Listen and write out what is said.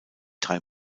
drei